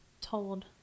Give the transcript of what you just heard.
told